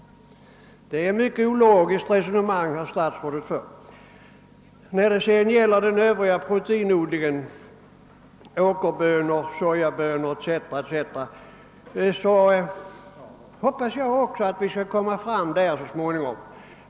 Det är ett mycket ologiskt resonemang herr statsrådet för. odlingen, åkerbönor, sojabönor etc. hoppas även jag att vi skall göra framsteg på detta område så småningom.